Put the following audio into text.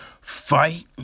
fight